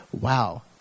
wow